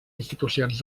institucions